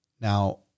now